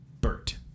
Bert